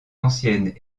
anciennes